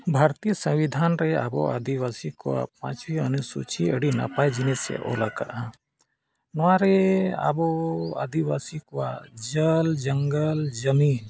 ᱵᱷᱟᱨᱚᱛᱤᱭᱚ ᱥᱚᱝᱵᱤᱫᱷᱟᱱ ᱨᱮ ᱟᱵᱚ ᱟᱹᱫᱤᱵᱟᱹᱥᱤ ᱠᱚᱣᱟᱜ ᱯᱟᱸᱪᱣᱤ ᱟᱱᱩᱥᱩᱪᱤ ᱟᱹᱰᱤ ᱱᱟᱯᱟᱭ ᱡᱤᱱᱤᱥᱮ ᱚᱞ ᱟᱠᱟᱫᱟ ᱱᱚᱣᱟᱨᱮ ᱟᱵᱚ ᱟᱹᱫᱤᱵᱟᱹᱥᱤ ᱠᱚᱣᱟᱜ ᱡᱚᱞ ᱡᱟᱝᱜᱚᱞ ᱡᱚᱢᱤᱱ